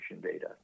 data